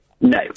No